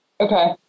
Okay